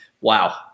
wow